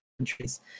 countries